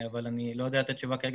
אני לא יודע את התשובה כרגע,